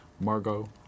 Margot